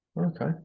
Okay